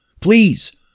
Please